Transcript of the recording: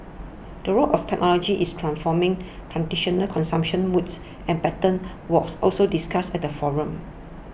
the role of technology is transforming traditional consumption modes and patterns was also discussed at the forum